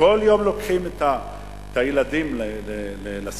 כל יום לוקחים את הילדים לגן,